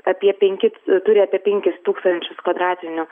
apie penkis turi apie penkis tūkstančius kvadratinių